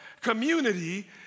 community